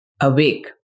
awake